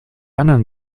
anderen